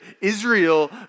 Israel